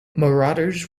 marauders